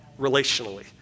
relationally